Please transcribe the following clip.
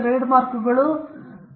speaker 1 ಹೌದು